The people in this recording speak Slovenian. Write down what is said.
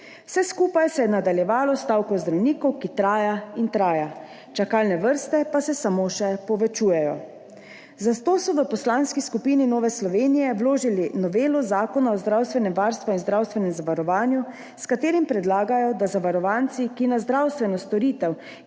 Vse skupaj se je nadaljevalo s stavko zdravnikov, ki traja in traja, čakalne vrste pa se samo še povečujejo. Zato so v Poslanski skupini Nova Slovenija vložili novelo Zakona o zdravstvenem varstvu in zdravstvenem zavarovanju, s katero predlagajo, da lahko zavarovanci, ki na zdravstveno storitev,